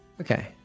okay